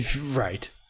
Right